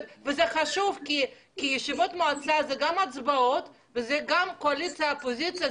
זה חשוב כי ישיבות מועצה אלה גם הצבעות וזאת גם קואליציה ואופוזיציה.